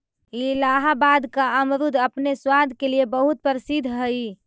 इलाहाबाद का अमरुद अपने स्वाद के लिए बहुत प्रसिद्ध हई